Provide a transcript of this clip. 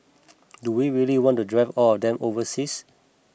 do we really want to drive all of them overseas